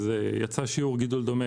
וזה שיעור גידול דומה.